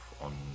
on